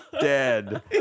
Dead